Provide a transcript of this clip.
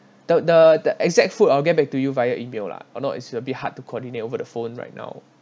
the the the exact food I'll get back to you via E-mail lah or not it's a bit hard to coordinate over the phone right now